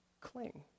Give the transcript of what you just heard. cling